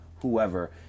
whoever